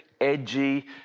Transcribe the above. edgy